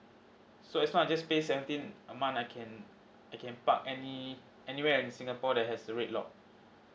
so if now I just pay seventeen a month I can I can park any anywhere in singapore that has a red lot